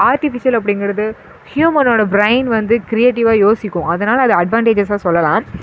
artificial அப்படிங்கிறது ஹுயுமனோட brain வந்து கிரியேட்டிவாக யோசிக்கும் அதனால் அது அட்வான்டேஜஸ்ஸா சொல்லலாம்